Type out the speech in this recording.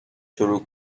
شروع